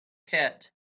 pit